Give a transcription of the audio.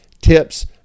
Tips